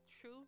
true